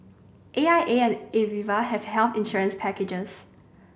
A I A and Aviva have health insurance packages